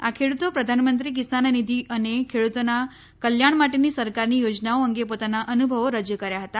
આ ખેડૂતો પ્રધાનમંત્રી કિસાન નિધિ અને ખેડૂતોના કલ્યાણ માટેની સરકારની યોજનાઓ અંગે પોતાના અનુભવો રજૂ કર્યા હતા